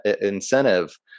incentive